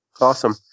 awesome